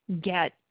get